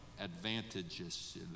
Advantages